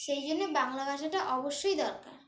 সেই জন্যে বাংলা ভাষাটা অবশ্যই দরকার